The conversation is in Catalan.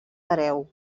hereu